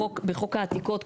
בחוק העתיקות,